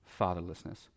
fatherlessness